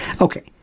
Okay